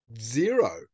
zero